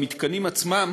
במתקנים עצמם